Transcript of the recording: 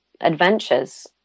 adventures